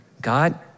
God